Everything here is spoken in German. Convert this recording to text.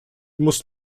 muss